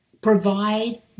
provide